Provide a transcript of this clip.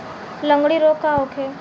लगंड़ी रोग का होखे?